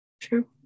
true